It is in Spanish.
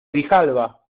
grijalba